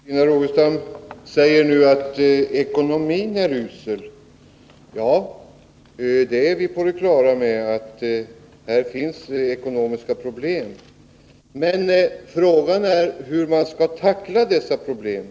Herr talman! Christina Rogestam säger att ekonomin är usel. Även vi är på det klara med att det finns ekonomiska problem, men frågan är hur man skall tackla dessa problem.